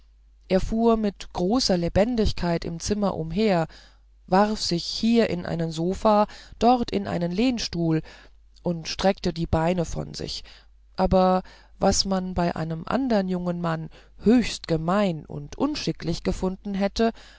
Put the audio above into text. er fuhr mit großer lebendigkeit im zimmer umher warf sich hier in einen sofa dort in einen lehnstuhl und streckte die beine von sich aber was man bei einem andern jungen mann höchst gemein und unschicklich gefunden hätte